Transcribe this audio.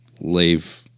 leave